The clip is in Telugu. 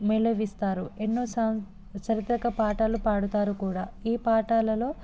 మేళవిస్తారు ఎన్నో స చారిత్రక పాటలు పాడుతారు కూడా ఈ పాటాలలో